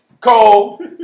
Cole